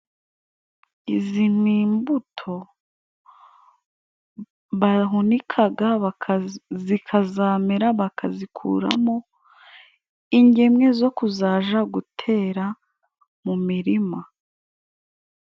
Izi ni imbuto bahunikaga zikazamera, bakazikuramo ingemwe zo kuzaja gutera mu mirima.